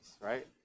right